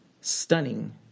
stunning